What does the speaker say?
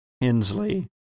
Hensley